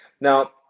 now